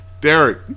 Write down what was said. Derek